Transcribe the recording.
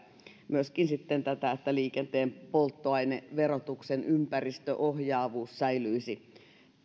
myöskin sitten tätä että liikenteen polttoaineverotuksen ympäristöohjaavuuden